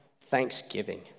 Thanksgiving